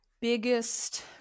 biggest